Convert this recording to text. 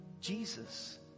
Jesus